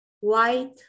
white